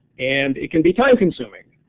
and it can be time consuming.